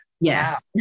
Yes